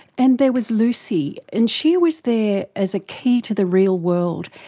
and there was lucy, and she was there as a key to the real world.